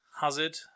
Hazard